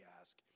ask